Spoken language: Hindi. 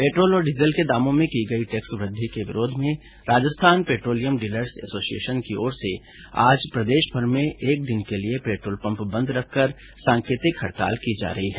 पेट्रोल और डीजल के दामों में की गई टैक्स वृद्धि के विरोध में राजस्थान पेट्रोलियम डीलर्स एसोसिएशन की ओर से आज प्रदेशभर में एक दिन के लिए पेट्रोल पम्प बंद रखकर सांकेतिक हडताल की जा रही है